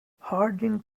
harding